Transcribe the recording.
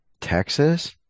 Texas